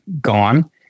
gone